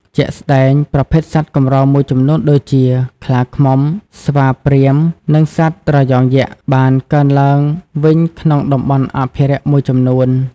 ជាក់ស្តែង ប្រភេទសត្វកម្រមួយចំនួនដូចជា ខ្លាឃ្មុំ ស្វាព្រាហ្មណ៍ និងសត្វត្រយងយក្ស បានកើនឡើងវិញក្នុងតំបន់អភិរក្សមួយចំនួន។